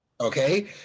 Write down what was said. Okay